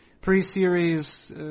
pre-series